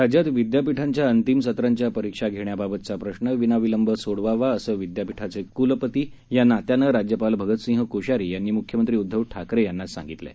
राज्यात विदयापीठांच्या अंतिम सत्रांच्या परीक्षा घेण्याबाबतचा प्रश्न विनाविलंब सो वावा असं विदयापीठांचे कुलपती या नात्यानं राज्यपाल भगतसिंह कोश्यारी यांनी मुख्यमंत्री उदधव ठाकरे यांना सांगितलं आहे